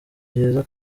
byiza